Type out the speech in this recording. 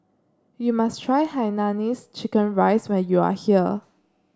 you must try Hainanese Chicken Rice when you are here